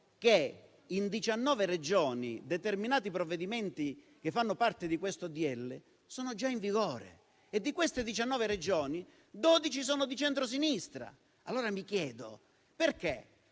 che in 19 Regioni determinati provvedimenti che fanno parte di questo decreto-legge sono già in vigore e, di queste 19 Regioni, 12 sono di centrosinistra. Allora mi chiedo: perché